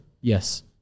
Yes